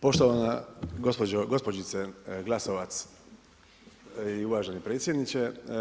Poštovana gospođice Glasovac i uvaženi predsjedniče.